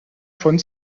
von